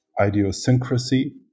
idiosyncrasy